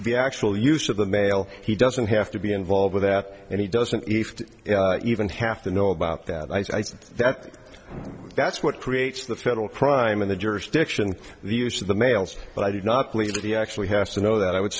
the actual use of the mail he doesn't have to be involved with that and he doesn't even have to know about that i think that that's what creates the federal crime in the jurisdiction the use of the mails but i do not believe that he actually has to know that i would